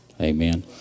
Amen